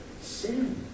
sin